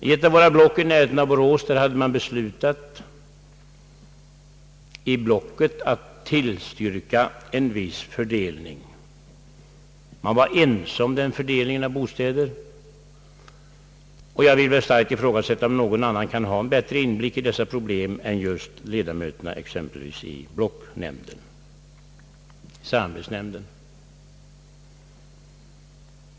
I ett av våra kommunblock i närheten av Borås hade man i blocket beslutat att tillstyrka en viss fördelning av bostäder — man var ense om den fördelningen — och jag vill starkt ifrågasätta om några andra kan ha en bättre inblick i dessa problem än ledamöterna i blocknämnden.